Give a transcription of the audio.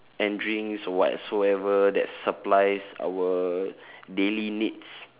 and drinks or whatsoever that supplies our daily needs